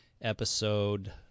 Episode